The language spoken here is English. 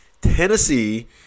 Tennessee